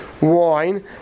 wine